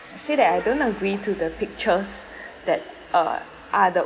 say that I don't agree to the pictures that uh are the